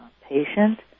patient